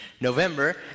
November